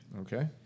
Okay